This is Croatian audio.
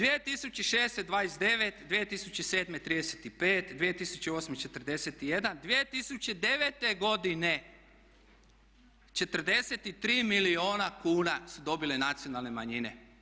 2006. 29, 2007. 35, 2008. 41, 2009. godine 43 milijuna kuna su dobile nacionalne manjine.